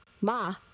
Ma